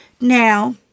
Now